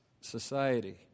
society